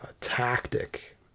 tactic